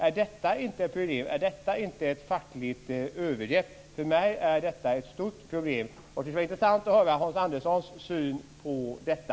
Är detta inte ett problem och ett fackligt övergrepp? Jag tycker att det är ett stort problem. Det skulle vara intressant att höra Hans Anderssons syn på detta.